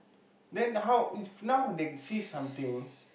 then how if now they cease something